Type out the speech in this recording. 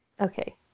Okay